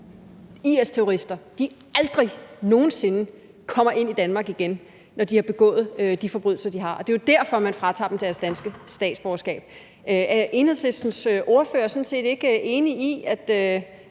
IS-terrorister aldrig nogen sinde kommer ind i Danmark igen, når de har begået de forbrydelser, de har, og det er jo derfor, man fratager dem deres danske statsborgerskab. Er Enhedslistens ordfører ikke enig i, at